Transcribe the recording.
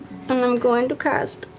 i'm going to cast.